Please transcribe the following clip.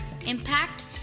impact